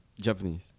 Japanese